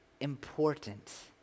important